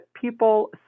people